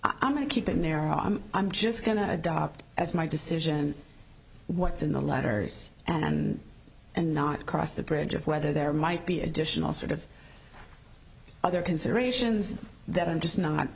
i'm going to keep him there i'm i'm just going to adopt as my decision what's in the letters and and not cross the bridge of whether there might be additional sort of other considerations that i'm just not